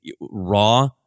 raw